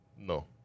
No